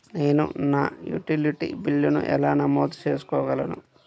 నేను నా యుటిలిటీ బిల్లులను ఎలా నమోదు చేసుకోగలను?